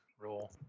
roll